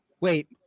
wait